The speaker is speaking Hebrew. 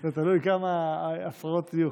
זה תלוי כמה הפרעות יהיו.